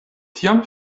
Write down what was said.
tiam